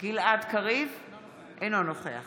אינו נוכח